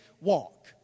walk